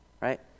Right